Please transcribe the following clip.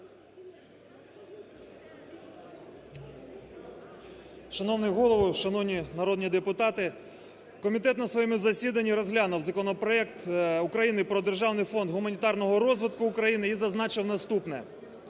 Шановний Голово, шановні народні депутати! Комітет на своєму засіданні розглянув законопроект України про державний фонд гуманітарного розвитку України і зазначив наступне.